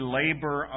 labor